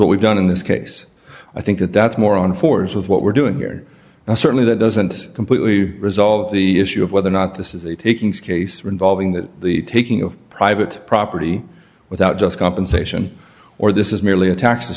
what we've done in this case i think that that's more on forms with what we're doing here and certainly that doesn't completely resolve the issue of whether or not this is a takings case involving that the taking of private property without just compensation or this is merely a tax